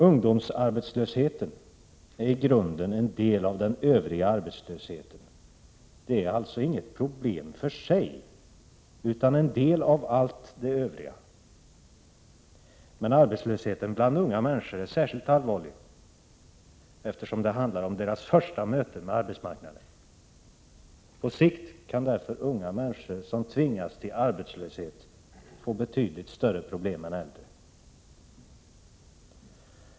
Ungdomsarbetslösheten är i grunden en del av den övriga arbetslösheten. Det är alltså inget problem för sig utan en del av allt det övriga. Men arbetslösheten bland unga människor är särskilt allvarlig, eftersom det handlar om deras första möte med arbetsmarknaden. På sikt kan därför unga människor som tvingas till arbetslöshet få betydligt större problem än äldre.